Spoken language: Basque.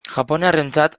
japoniarrentzat